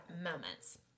moments